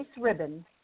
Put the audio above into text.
ribbon